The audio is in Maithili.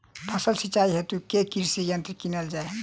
फसलक सिंचाई हेतु केँ कृषि यंत्र कीनल जाए?